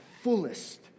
fullest